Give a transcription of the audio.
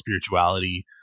spirituality